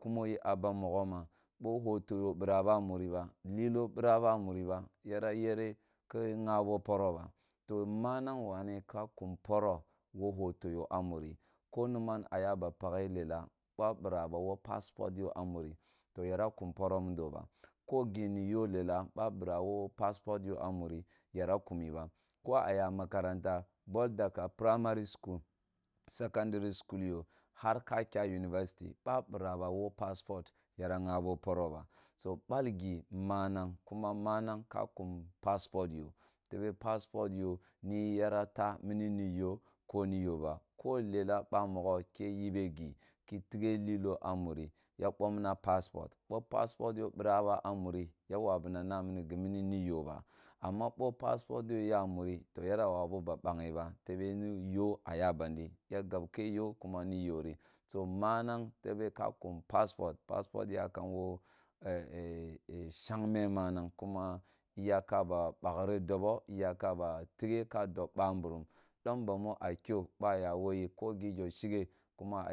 Kumo yi a ban mugho ba bi hitiyi bira ba nuni ba ldi bira ba muri ba yara yere ki ghabi poro ba to manang wane ka kum poro wo hoto yo a miri ko neman aya ba pakhe lela ba inra ba wo paspot yo a muri ta yara kum poro mudo wa. To giniyo lela bwa inrawo paspot yo a muri yara kumia ko a ya makaranta bo ka ka pramari skul, sekandari skul go har ka kya univasiti boa nira ba wo paspot yara gbano poro ba so bal go maang kuma manag ka kum paspot yp tbe paspot yo ni yara taa mina niyo koniyo ba ko lela ba mmogho ke yebe gi ki tighe lilo a muri ya bom na paspot, bo oaspot yo bira ba a muri ya wabunk na mini gemina ne ya ba mma bo paspot yo ya muri to yara wabuba haghe ba teb ni yo a ya banolo ya gab ke yo kuma n yori so manang tebe ka kum paspot paspot yakum wo. Shagme manang kuma iya ka ba bakhri ahobo, iya ka ba tighe ka dobba mburum dom bamu a kyo ba yawo yi ge gyo shukhe kuma